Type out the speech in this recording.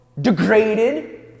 degraded